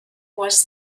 was